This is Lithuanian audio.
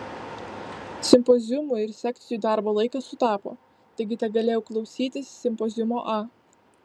simpoziumų ir sekcijų darbo laikas sutapo taigi tegalėjau klausytis simpoziumo a